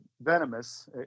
venomous